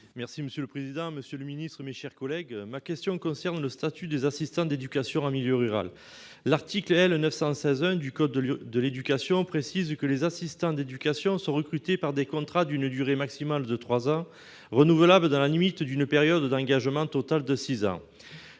de la jeunesse. Monsieur le ministre, ma question concerne le statut des assistants d'éducation, ou AED, en milieu rural. L'article L. 916-1 du code de l'éducation précise :« Les assistants d'éducation sont recrutés par des contrats d'une durée maximale de trois ans, renouvelables dans la limite d'une période d'engagement totale de six ans.